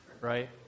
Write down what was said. Right